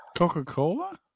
Coca-Cola